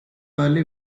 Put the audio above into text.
early